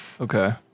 Okay